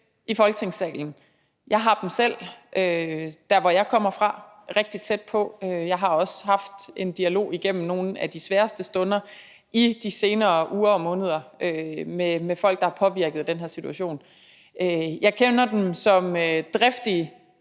i Folketingssalen. Jeg har dem selv der, hvor jeg kommer fra, rigtig tæt på. Jeg har også haft en dialog igennem nogle af de sværeste stunder i de senere uger og måneder med folk, der er påvirket af den her situation. Jeg kender dem som driftige,